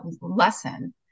lesson